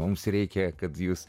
mums reikia kad jūs